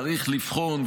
צריך לבחון,